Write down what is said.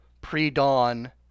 pre-dawn